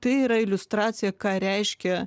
tai yra iliustracija ką reiškia